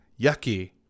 yucky